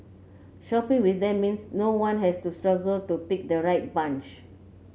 shopping with them means no one has to struggle to pick the right bunch